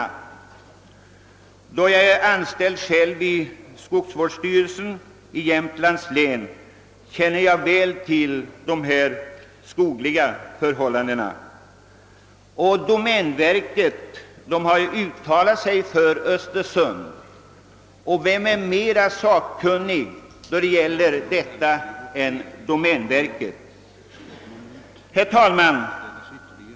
I egenskap av anställd vid skogsvårdsstyrelsen i Jämtlands län känner jag väl till dessa förhållanden. Domänverket har också uttalat sig för Östersund. Någon mera sakkunnig instans för ett uttalande i den här frågan kan man väl knappast finna. Herr talman!